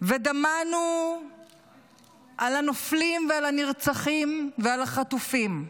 ודמענו על הנופלים, ועל הנרצחים ועל החטופים.